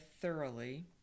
thoroughly